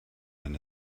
man